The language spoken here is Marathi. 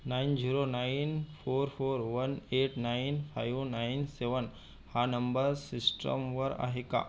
nine zero nine four four one eight nine five nine seven हा नंबर सिस्टमवर आहे का